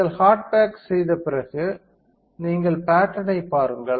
நீங்கள் hard back செய்த பிறகு நீங்கள் பட்டேர்ன் ஐ பாருங்கள்